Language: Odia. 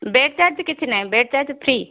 ବେଡ଼ ଚାର୍ଜ କିଛି ନାହିଁ ବେଡ଼ ଚାର୍ଜ ଫ୍ରି